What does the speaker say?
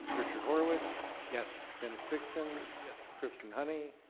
richard horowitz. yes. dennis dixon. yes. kristen honey.